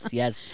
yes